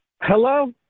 Hello